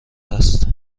است